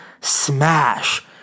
smash